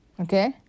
Okay